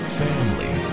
family